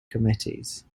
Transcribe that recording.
committees